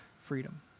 freedom